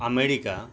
America